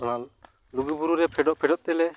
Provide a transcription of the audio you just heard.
ᱚᱱᱟ ᱞᱩᱜᱩᱵᱩᱨᱩᱨᱮ ᱯᱷᱮᱰᱚᱜ ᱯᱷᱮᱰᱚᱜ ᱛᱮᱞᱮ